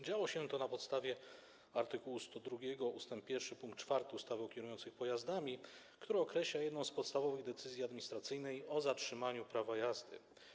Działo się to na podstawie art. 102 ust. 1 pkt 4 ustawy o kierujących pojazdami, który określa jedną z podstawowych decyzji administracyjnych o zatrzymaniu prawa jazdy.